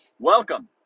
Welcome